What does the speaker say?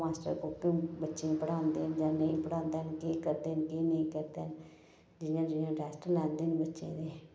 master गी बच्चें गी पढ़ांदे जां नेईं पढ़ांदे न केह् करदे न केह् नेईं करदे जियां जियां टैस्ट लैंदे न बच्चें दे